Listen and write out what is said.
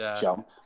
jump